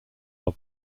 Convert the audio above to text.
are